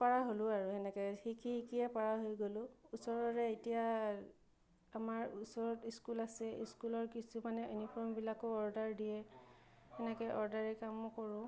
পাৰা হ'লোঁ আৰু সেনেকৈ শিকি শিকিয়ে পৰা হৈ গ'লোঁ ওচৰৰে এতিয়া আমাৰ ওচৰত স্কুল আছে স্কুলৰ কিছুমানে ইউনিফৰ্মবিলাকো অৰ্ডাৰ দিয়ে সেনেকৈ অৰ্ডাৰী কামো কৰোঁ